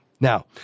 Now